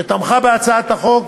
שתמכה בהצעת החוק,